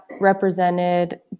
represented